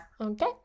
Okay